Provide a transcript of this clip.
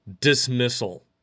dismissal